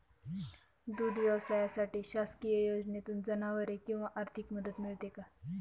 दूध व्यवसायासाठी शासकीय योजनेतून जनावरे किंवा आर्थिक मदत मिळते का?